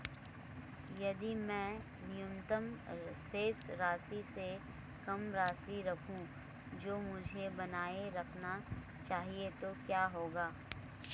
यदि मैं न्यूनतम शेष राशि से कम राशि रखूं जो मुझे बनाए रखना चाहिए तो क्या होगा?